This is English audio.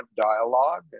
dialogue